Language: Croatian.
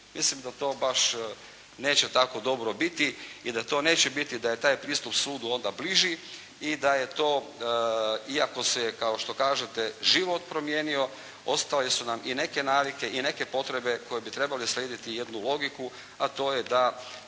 Mislim da to baš neće tako dobro biti i da to neće biti, da je taj pristup sudu onda bliži i da je to iako se kao što kažete život promijenio ostale su nam i neke navike i neke potrebe koje bi trebale slijediti jednu logiku a to je da